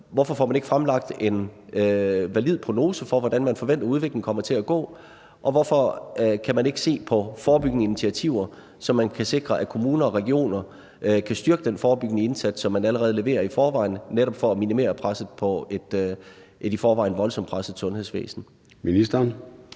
Hvorfor får man ikke fremlagt en valid prognose for, hvordan man forventer at udviklingen kommer til at gå? Og hvorfor kan man ikke se på forebyggende initiativer, så man kan sikre, at kommuner og regioner kan styrke den forebyggende indsats, som man allerede leverer i forvejen, netop for at minimere presset på et i forvejen voldsomt presset sundhedsvæsen? Kl.